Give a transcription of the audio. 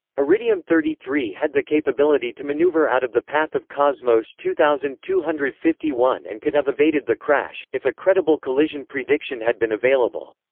iridium thirty three had the capability to maneuver out of the path of cosmos two thousand two hundred and fifty one and could have evaded the crash, if a credible collision prediction had been available,